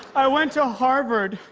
i went to harvard.